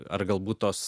ar galbūt tos